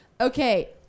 Okay